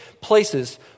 places